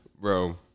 Bro